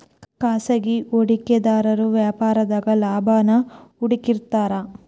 ಖಾಸಗಿ ಹೂಡಿಕೆದಾರು ವ್ಯಾಪಾರದಾಗ ಲಾಭಾನ ಹುಡುಕ್ತಿರ್ತಾರ